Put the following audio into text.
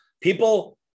people